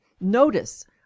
Notice